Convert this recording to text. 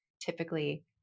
typically